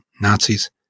Nazis